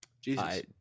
Jesus